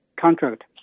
contract